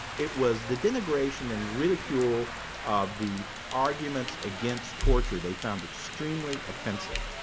it was the denigration and ridicule of the arguments against torture they found extremely offensive.